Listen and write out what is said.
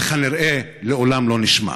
וכנראה לעולם לא נשמע.